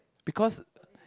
because